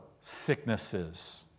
sicknesses